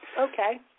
Okay